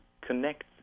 connect